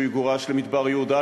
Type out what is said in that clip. שהוא יגורש למדבר-יהודה,